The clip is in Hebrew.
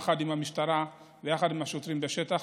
יחד עם המשטרה ויחד עם השוטרים בשטח.